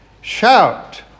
Shout